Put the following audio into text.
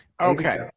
Okay